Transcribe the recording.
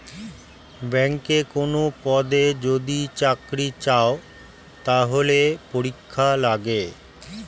ব্যাংকে কোনো পদে যদি চাকরি চায়, তাহলে পরীক্ষা লাগে